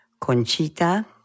Conchita